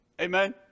Amen